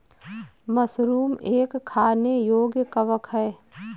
mushroom एक खाने योग्य कवक है